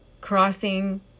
crossing